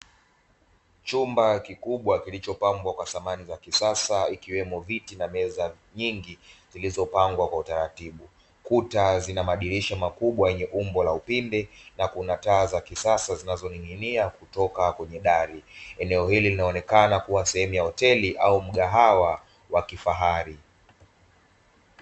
Chumba kikubwa kilichopambwa kwa samani za kisasa, ikiwemo viti na meza nyingi zilizopangwa kwa utaratibu, kuta zina madirisha makubwa yenye umbo la upinde, na kuna taa za kisasa zinazoning'inia kutoka kwenye dari, eneo hili linaonekana kuwa sehemu ya hoteli au mgahawa wakifahari.